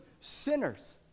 Sinners